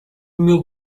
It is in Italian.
mio